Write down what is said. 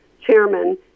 chairman